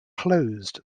closed